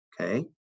okay